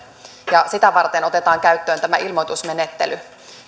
ja sitä varten otetaan käyttöön tämä ilmoitusmenettely